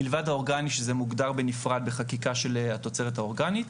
מלבד האורגני שזה מוגדר בנפרד בחקיקה של התוצרת האורגנית.